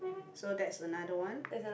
so that's another one